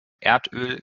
erdöl